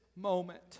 moment